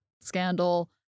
scandal